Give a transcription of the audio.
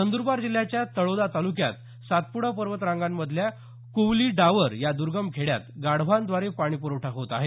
नंद्रबार जिल्ह्याच्या तळोदा तालुक्यात सातपुडा पर्वत रांगांमधल्या कुवली डाबर या दुर्गम खेड्यात गाढवांद्वारे पाणी पुरवठा होत आहे